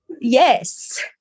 Yes